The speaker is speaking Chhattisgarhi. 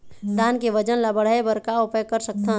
धान के वजन ला बढ़ाएं बर का उपाय कर सकथन?